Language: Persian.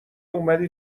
اومد